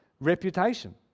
reputation